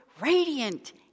radiant